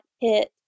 hit